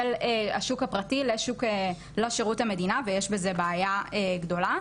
השוק הפרטי לשירות המדינה ויש בזה בעיה גדולה.